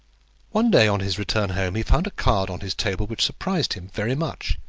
one day on his return home he found a card on his table which surprised him very much.